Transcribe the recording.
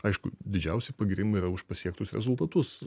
aišku didžiausi pagyrimai yra už pasiektus rezultatus